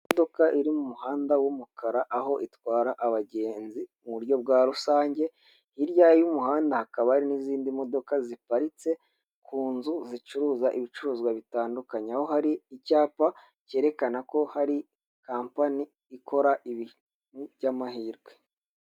Imodoka iri mu muhanda w'umukara aho itwara abagenzi mu buryo bwa rusange, hirya y'umuhanda hakaba hari n'izindi modoka ziparitse ku nzu zicuruza ibicuruzwa bitandukanye, aho hari icyapa cyerekana ko hari kampani ikora ibintu by'amahirwe.